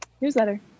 newsletter